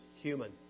human